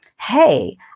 Hey